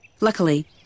Luckily